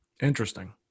Interesting